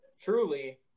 truly